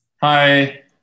Hi